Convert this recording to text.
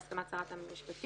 בהסכמת שרת המשפטים,